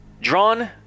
Drawn